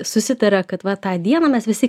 susitaria kad va tą dieną mes visi